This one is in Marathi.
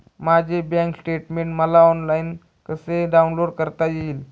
माझे बँक स्टेटमेन्ट मला ऑनलाईन कसे डाउनलोड करता येईल?